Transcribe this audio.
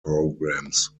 programs